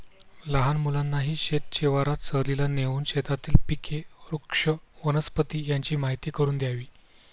लहान मुलांनाही शेत शिवारात सहलीला नेऊन शेतातील पिके, वृक्ष, वनस्पती यांची माहीती करून द्यावी